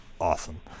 awesome